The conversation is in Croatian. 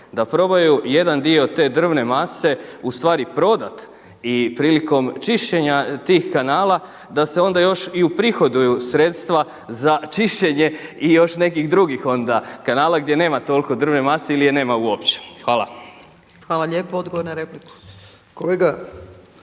da probaju jedan dio te drvne mase ustvari prodati i prilikom čišćenja tih kanala da se onda još i uprihoduju sredstva za čišćenje i još nekih drugih onda kanala gdje nema toliko drvne mase ili je nema uopće. Hvala. **Opačić, Milanka (SDP)** Hvala